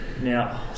now